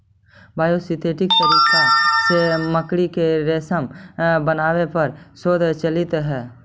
biosynthetic तरीका से मकड़ी के रेशम बनावे पर शोध चलित हई